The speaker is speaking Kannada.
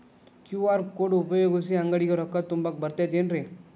ಕ್ಯೂ.ಆರ್ ಕೋಡ್ ಉಪಯೋಗಿಸಿ, ಅಂಗಡಿಗೆ ರೊಕ್ಕಾ ತುಂಬಾಕ್ ಬರತೈತೇನ್ರೇ?